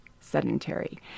sedentary